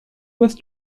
bez